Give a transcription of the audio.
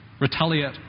Retaliate